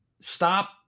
stop